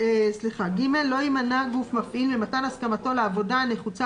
לא יימנע גוף מפעיל ממתן הסכמתו לעבודה הנחוצה